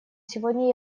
сегодня